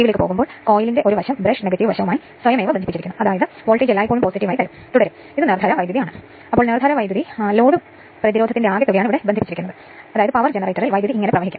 ഉയർന്ന voltage winding 230 വോൾട്ടിലാണ് നൽകിയിട്ടുള്ളതെങ്കിൽ കുറഞ്ഞ വോൾട്ടേജ് വിൻഡിംഗ് ഷോർട്ട് സർക്യൂട്ട് ചെയ്താൽ കുറഞ്ഞ വോൾട്ടേജ് വിൻഡിംഗിലെ വൈദ്യുതി കണ്ടെത്തുക